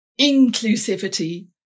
inclusivity